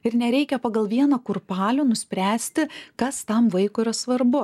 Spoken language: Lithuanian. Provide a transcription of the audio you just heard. ir nereikia pagal vieną kurpalių nuspręsti kas tam vaikui svarbu